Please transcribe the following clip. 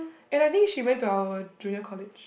and I think she went to our junior college